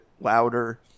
louder